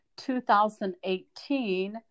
2018